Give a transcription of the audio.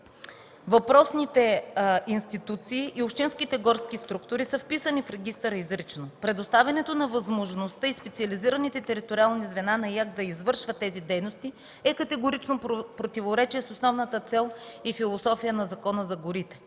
въпросните институции и общинските горски структури са вписани в регистъра изрично. Предоставянето на възможността и специализираните териториални звена на Изпълнителната агенция по горите да извършват тези дейности е в категорично противоречие с основната цел и философия на Закона за горите